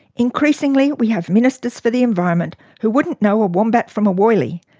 increasingly we have ministers for the environment who wouldn't know a wombat from a woylie.